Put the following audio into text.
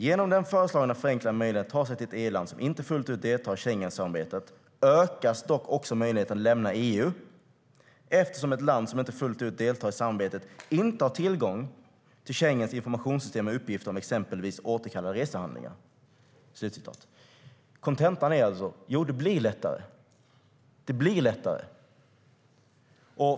Genom den föreslagna förenklade möjligheten att ta sig till ett EU-land som inte fullt ut deltar i Schengensamarbetet ökas dock också möjligheten att lämna EU, eftersom ett land som inte fullt ut deltar i samarbetet inte har tillgång till Schengens informationssystem med uppgifter om exempelvis återkallade resehandlingar." Kontentan är alltså att det blir lättare.